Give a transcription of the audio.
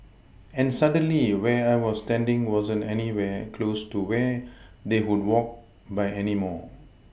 and suddenly where I was standing wasn't anywhere close to where they would walk by anymore